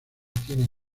tiene